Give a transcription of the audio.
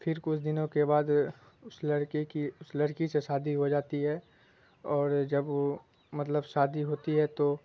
پھر کچھ دنوں کے بعد اس لڑکی کی اس لڑکی سے شادی ہو جاتی ہے اور جب وہ مطلب شادی ہوتی ہے تو